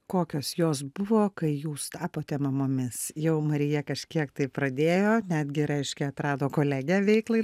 kokios jos buvo kai jūs tapote mamomis jau marija kažkiek tai pradėjo netgi reiškia atrado kolegę veiklai